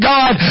God